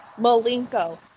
malenko